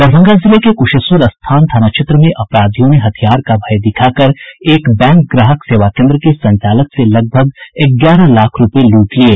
दरभंगा जिले के कुशेश्वर स्थान थाना क्षेत्र में अपराधियों ने हथियार का भय दिखाकर एक बैंक ग्राहक सेवा केन्द्र के संचालक से लगभग ग्यारह लाख रूपये लूटे लिये